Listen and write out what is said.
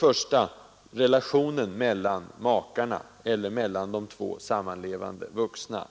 Hur ställer sig lagstiftningen till två sammanlevande vuxna,